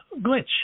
glitch